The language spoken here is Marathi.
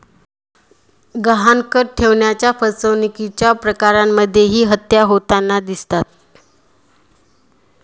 गहाणखत ठेवण्याच्या फसवणुकीच्या प्रकरणांमध्येही हत्या होताना दिसतात